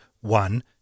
one